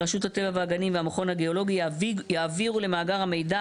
"רשות הטבע והגנים והמכון הגיאולוגי יעבירו למאגר המידע